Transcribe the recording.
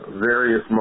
various